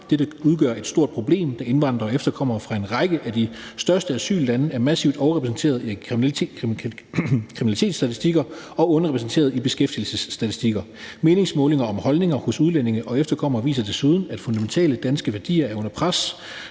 Dette udgør et stort problem, da indvandrere og efterkommere fra en række af de største asyllande er massivt overrepræsenteret i kriminalitetsstatistikker og underrepræsenteret i beskæftigelsesstatistikker. Meningsmålinger om holdninger hos udlændinge og efterkommere viser desuden, at fundamentale danske værdier er under pres.